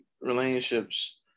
relationships